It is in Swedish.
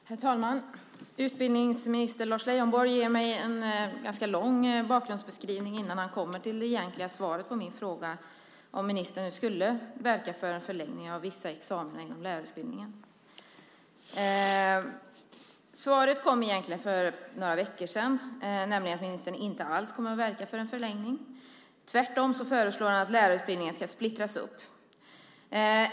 Herr talman! Utbildningsminister Lars Leijonborg ger mig en ganska lång bakgrundsbeskrivning innan han kommer till det egentliga svaret på min fråga om han ska verka för en förlängning av vissa examina inom lärarutbildningen. Svaret kom egentligen för några veckor sedan. Ministern kommer inte alls att verka för en förlängning - tvärtom föreslår han att lärarutbildningen ska splittras upp.